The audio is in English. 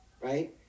right